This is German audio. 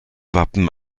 wappen